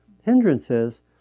hindrances